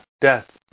death